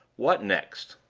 what next?